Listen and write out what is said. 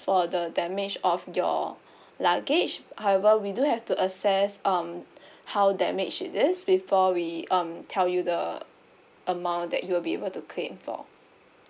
for the damage of your luggage however we do have to assess um how damaged it is before we um tell you the amount that you'll be able to claim for